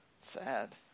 Sad